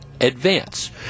advance